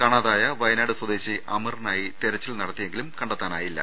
കാണാതായ വയ നാട് സ്വദേശി അമറിനായി തെരച്ചിൽ നടത്തിയെങ്കിലും കണ്ടെത്താനായില്ല